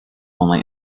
only